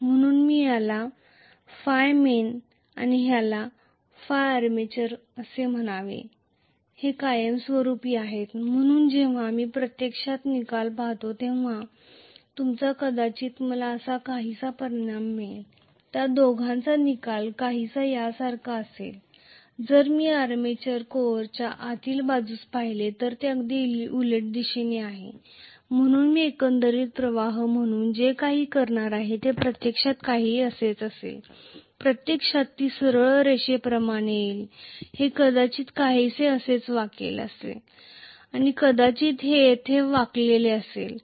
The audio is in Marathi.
म्हणून मी याला ϕmain हे याला ϕarmature असे म्हणावे की हे कायमस्वरूपी आहे म्हणून जेव्हा मी प्रत्यक्षात निकाल पाहतो तेव्हा कदाचित मला असा काहीसा परिणाम मिळेल त्या दोघांचा निकाल काहीसा यासारखा दिसेल जर मी आर्मेचर कोअरच्या आतील बाजूस पाहिले तर हे अगदी उलट दिशेने आहे म्हणून मी एकंदरीत प्रवाह म्हणून जे काही करणार आहे ते प्रत्यक्षात काहीसे असेच आहे प्रत्यक्षात ती सरळ रेषाप्रमाणे येईल हे कदाचित काहीसे असेच वाकले असेल आणि कदाचित हे येथे वाकले असेल